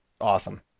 Awesome